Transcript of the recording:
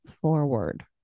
forward